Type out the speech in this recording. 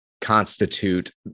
constitute